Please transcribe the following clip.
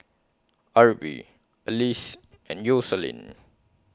Arbie Alyse and Yoselin